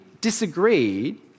disagreed